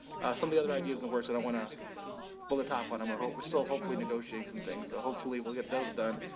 some of the other ideas in the works, i don't want to pull the top on them or hope was still hopefully negotiating some things. so hopefully we'll get those done.